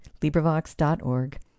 LibriVox.org